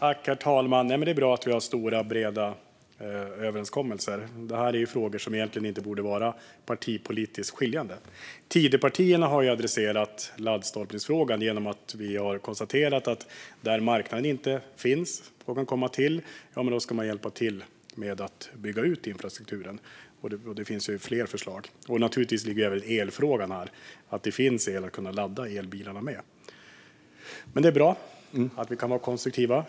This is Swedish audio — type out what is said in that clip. Herr talman! Det är bra att vi har stora, breda överenskommelser. Det här är frågor som egentligen inte borde vara partipolitiskt skiljande. Tidöpartierna har adresserat laddstolpsfrågan genom att konstatera att där marknaden inte finns och kan komma till, där ska man hjälpa till med att bygga ut infrastrukturen, och det finns fler förslag. Naturligtvis kommer även elfrågan in här - att det finns el att ladda bilarna med. Det är bra att vi kan vara konstruktiva.